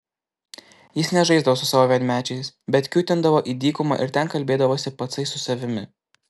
jis nežaisdavo su savo vienmečiais bet kiūtindavo į dykumą ir ten kalbėdavosi patsai su savimi